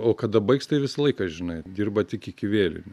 o kada baigs tai visą laiką žinai dirba tik iki vėlinių